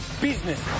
business